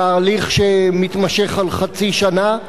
תהליך שמתמשך על חצי שנה.